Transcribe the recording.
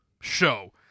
show